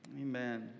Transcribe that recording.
Amen